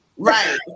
Right